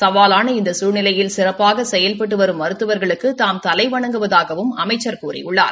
சவாலான இந்த சூழ்நிலையில் சிறப்பாக செயல்பட்டு வரும் மருத்துவர்களுக்கு தாம் தலைவணங்குவதாகவும் அமைச்சர் கூறியுள்ளார்